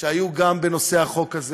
שהיו גם בנושא החוק הזה,